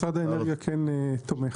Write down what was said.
משרד האנרגיה תומך.